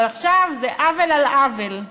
אבל עכשיו זה עוול על עוול.